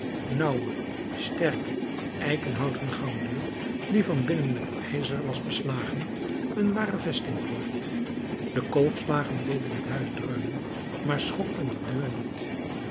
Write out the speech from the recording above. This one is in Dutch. nauwe sterke eikenhouten gangdeur die van binnen met ijzer was beslagen een ware vestingpoort de kolfslagen deden het huis dreunen maar schokten de deur niet